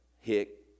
hick